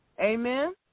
Amen